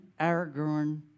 Aragorn